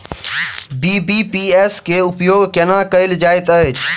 BBPS केँ उपयोग केना कएल जाइत अछि?